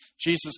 Jesus